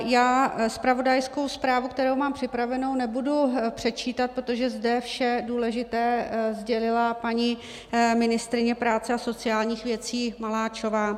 Já zpravodajskou zprávu, kterou mám připravenou, předčítat nebudu, protože zde vše důležité sdělila paní ministryně práce a sociálních věcí Maláčová.